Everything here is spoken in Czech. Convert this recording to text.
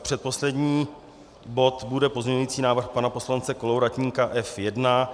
Předposlední bod bude pozměňující návrh pana poslance Kolovratníka F1.